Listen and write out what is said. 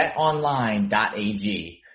betonline.ag